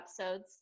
episodes